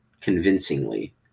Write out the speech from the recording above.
convincingly